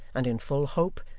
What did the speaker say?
and in full hope,